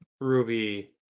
Ruby